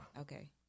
Okay